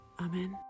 Amen